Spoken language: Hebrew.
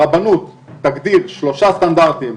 הרבנות תגדיר שלושה סטנדרטים,